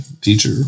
teacher